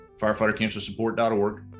firefightercancersupport.org